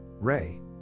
Ray